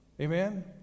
Amen